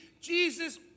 Jesus